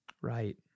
Right